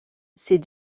ces